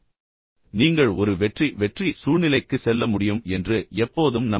உங்களை நம்புங்கள் நீங்கள் ஒரு வெற்றி வெற்றி சூழ்நிலைக்கு செல்ல முடியும் என்று எப்போதும் நம்புங்கள்